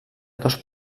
dos